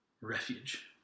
refuge